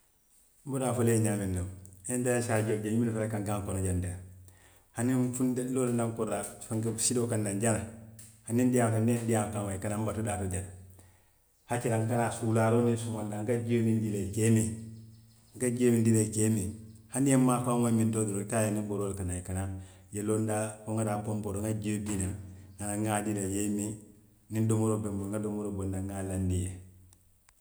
N bota a fola i ye ñaamiŋ to, niŋ nte ŋa saajio je n juutata kankaŋo kono jaŋ teŋ, hani nfunti n loota n na koridaa fenke siloo kaŋ naŋ jana, hani n diyaamuta niŋ i ye n diyaamu kaŋo moyi i ka naa n batu daa la jaŋ ne hake la n ka naa wuraaroo niŋ somondaa n ka jio miŋ dii i la i ka i miŋ, n ka jio miŋ dii la i ka i miŋ, hani i ye maakaŋo moyi mintoo le i ka a je i niŋ boroo le ka naa i ka naa i ye loo n daa la fo n ŋa taa ponpoo to n ŋa jio bii naŋ n ŋa dii i la i ye i miŋ, niŋ domoroo be n bulu, n ŋa domoroo bondi naŋ n ŋa a laandi i ye